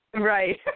Right